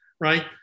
right